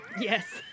Yes